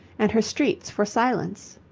and her streets for silence.